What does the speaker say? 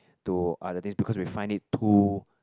to other things because we find it too